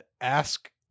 ask